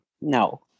No